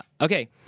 Okay